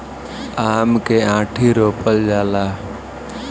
आम के आंठी रोपल जाला